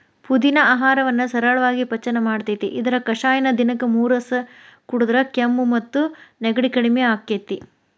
ಪುದಿನಾ ಆಹಾರವನ್ನ ಸರಳಾಗಿ ಪಚನ ಮಾಡ್ತೆತಿ, ಇದರ ಕಷಾಯನ ದಿನಕ್ಕ ಮೂರಸ ಕುಡದ್ರ ಕೆಮ್ಮು ಮತ್ತು ನೆಗಡಿ ಕಡಿಮಿ ಆಕ್ಕೆತಿ